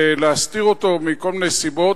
ולהסתיר אותו, מכל מיני סיבות.